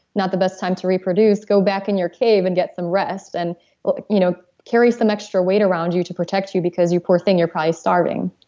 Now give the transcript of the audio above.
not the best time to reproduce. go back in your cave and get some rest. and you know carry some extra weight around you to protect you because you poor thing, you're probably starving